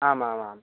आमामाम्